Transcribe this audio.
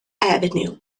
avenue